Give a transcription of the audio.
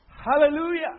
Hallelujah